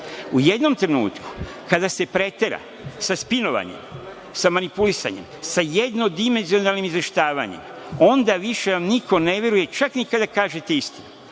U jednom trenutku kada se pretera sa spinovanjem, sa manipulisanjem, sa jednim dimenzionalnim izveštavanjem, onda vam niko više ne veruje čak i kada kažete istinu,